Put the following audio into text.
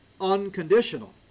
Unconditional